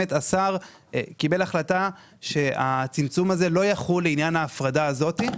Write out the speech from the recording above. השר קיבל החלטה שהצמצום הזה לא יחול לעניין ההפרדה הזאת,